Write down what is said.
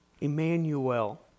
Emmanuel